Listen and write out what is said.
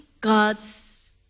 God's